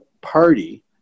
party